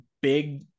big